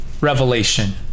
revelation